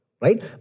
right